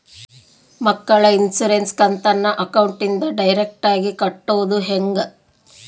ಮಕ್ಕಳ ಇನ್ಸುರೆನ್ಸ್ ಕಂತನ್ನ ಅಕೌಂಟಿಂದ ಡೈರೆಕ್ಟಾಗಿ ಕಟ್ಟೋದು ಹೆಂಗ?